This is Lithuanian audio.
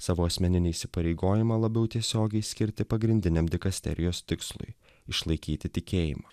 savo asmeninį įsipareigojimą labiau tiesiogiai skirti pagrindiniam dikasterijos tikslui išlaikyti tikėjimą